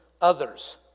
others